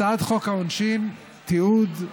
הצעת חוק העונשין (תיקון,